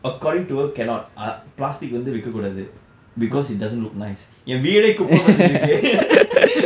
according to her cannot plastic வந்து வைக்க கூடாது:vandthu vaikka kuudathu because it doesn't look nice என் வீடே குப்பை மாதிரி இருக்குது:en vidae kuppai mathiri irukkuthu